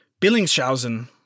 Billingshausen